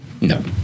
no